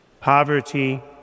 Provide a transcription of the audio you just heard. poverty